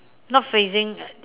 not facing